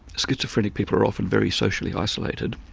schizophrenic people are often very socially isolated